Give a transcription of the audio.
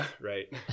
Right